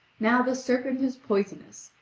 now the serpent is poisonous,